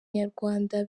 nyarwanda